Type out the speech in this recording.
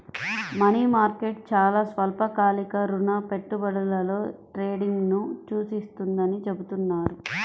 money market చాలా స్వల్పకాలిక రుణ పెట్టుబడులలో ట్రేడింగ్ను సూచిస్తుందని చెబుతున్నారు